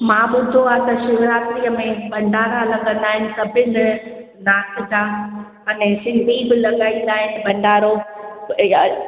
मां ॿुधो आहे त शिवरात्रीअ में भंडारा लॻंदा आहिनि सभिनि डांस ॿांस ऐं सिंधी बि लॻाईंदा आहिनि भंडारो